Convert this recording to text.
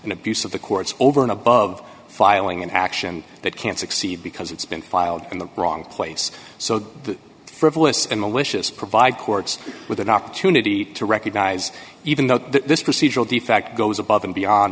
an abuse of the court's over and above filing an action that can't succeed because it's been filed in the wrong place so the frivolous and malicious provide courts with an opportunity to recognize even though this procedural defect goes above and beyond